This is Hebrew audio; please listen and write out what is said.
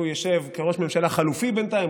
הוא ישב כראש ממשלה חלופי בינתיים,